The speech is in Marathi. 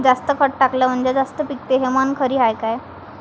जास्त खत टाकलं म्हनजे जास्त पिकते हे म्हन खरी हाये का?